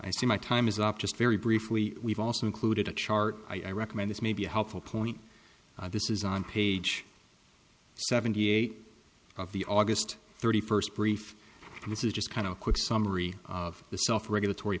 i see my time is up just very briefly we've also included a chart i recommend this may be a helpful point this is on page seventy eight of the august thirty first brief and this is just kind of a quick summary of the self regulatory